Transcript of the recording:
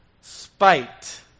Spite